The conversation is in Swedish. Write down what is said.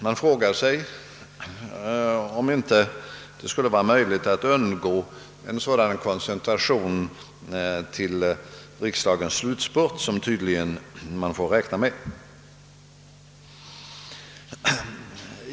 Man frågar sig, om det inte skulle vara möjligt att undgå en sådan koncentration av interpellationssvaren till riksdagens slutspurt som vi tydligen nu får räkna med.